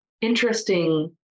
interesting